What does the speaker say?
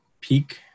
peak